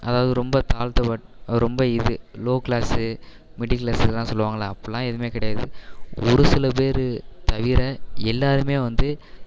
அதாவது ரொம்ப தாழ்த்த ரொம்ப இது லோ கிளாஸ் மிடில் கிளாஸ் இதலாம் சொல்லுவாங்கள்லே அப்படில்லாம் எதுவுமே கிடையாது ஒரு சில பேர் தவிர எல்லாேருமே வந்து